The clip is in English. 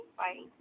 bye